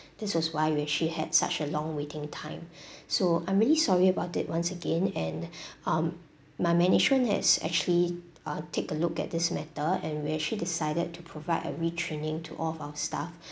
this was why you actually had such a long waiting time so I'm really sorry about it once again and um my management has actually uh take a look at this matter and we actually decided to provide a retraining to all of our stuff